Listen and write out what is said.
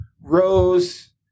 rose